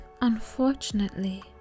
Unfortunately